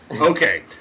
Okay